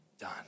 Done